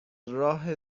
راه